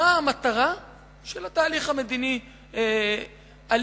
של התהליך המדיני,